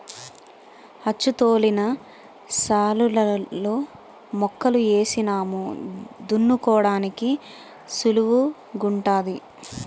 అచ్చుతోలిన శాలులలో మొక్కలు ఏసినాము దున్నుకోడానికి సుళువుగుంటాది